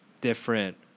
different